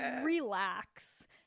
Relax